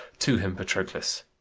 to him, patroclus.